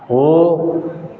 ओ